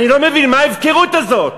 אני לא מבין, מה ההפקרות הזאת?